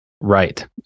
Right